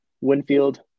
Winfield